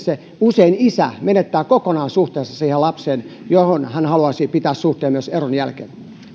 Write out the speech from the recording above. toinen usein isä menettää kokonaan suhteensa siihen lapseen johon hän haluaisi pitää suhteen myös eron jälkeen